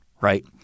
right